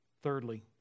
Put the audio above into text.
Thirdly